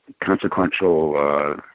consequential